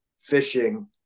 fishing